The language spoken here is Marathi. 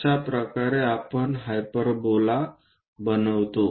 अशाप्रकारे आपण हाइपरबोला बनवतो